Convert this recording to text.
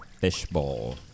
Fishbowl